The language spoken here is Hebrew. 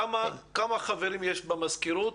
כמה חברים יש במזכירות?